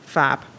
fab